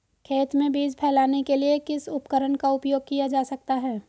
खेत में बीज फैलाने के लिए किस उपकरण का उपयोग किया जा सकता है?